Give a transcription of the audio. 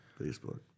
Facebook